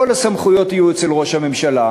כל הסמכויות יהיו אצל ראש הממשלה,